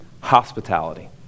hospitality